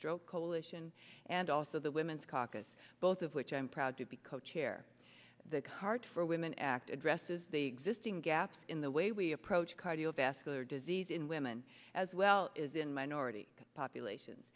stroke coalition and also the women's caucus both of which i'm proud to be co chair the cart for women act addresses the existing gaps in the way we approach cardiovascular disease in women as well as in minority populations